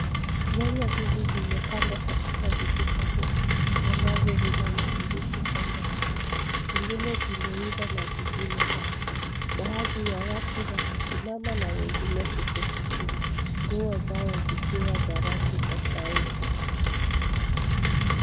Nyanya hizi zimepangwa katika vijisanduku ambavyo vina maandishi kando yake zingine zimeiva na zingine bado baadhi ya watu wamesimama na wengine kuketi chini nguo zao zikiwa za rangi tofauti